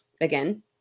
again